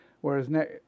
whereas